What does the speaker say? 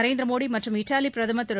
நரேந்திர மோடி மற்றும் இத்தாலி பிரதமர் திரு